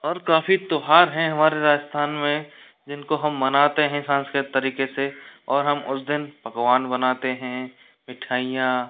और काफ़ी त्योहार हैं हमारे राजस्थान में जिनको हम मनाते हैं सांस्कृतिक तरीके से और हम उस दिन पकवान बनाते हैं मिठाईयाँ